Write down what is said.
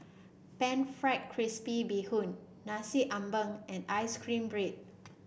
Pan fried crispy Bee Hoon Nasi Ambeng and ice cream bread